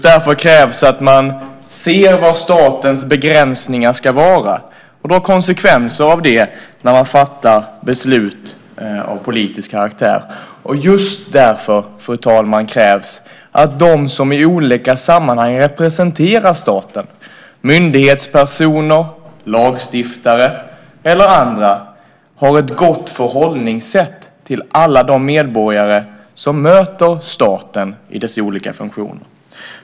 Därför krävs också att man ser var statens begränsningar ska finnas och att man drar konsekvenser av det när man fattar beslut av politisk karaktär. Det i sin tur kräver att de som i olika sammanhang representerar staten - myndighetspersoner, lagstiftare och andra - har ett gott förhållningssätt till alla de medborgare som möter staten i dess olika funktioner.